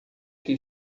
que